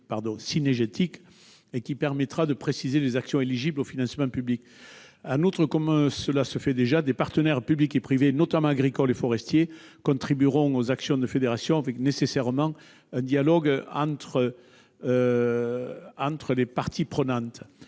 et permettra de préciser les actions éligibles au financement public. En outre, comme cela se fait déjà, des partenaires publics et privés, notamment agricoles et forestiers, contribueront aux actions des fédérations, avec, nécessairement, un dialogue entre les parties prenantes.